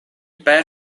per